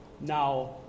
Now